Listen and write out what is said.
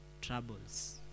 troubles